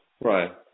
Right